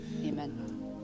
amen